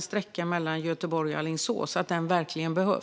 Sträckan mellan Göteborg och Alingsås behövs verkligen